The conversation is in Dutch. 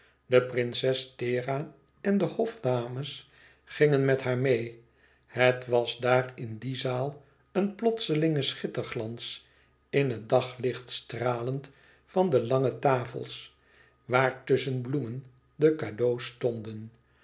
de prinses thera en de hofdames gingen met haar meê het was daar in die zaal een plotselinge schitterglans in het daglicht stralend van de lange tafels waar tusschen bloemen de cadeaux stonden